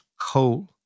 coal